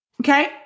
okay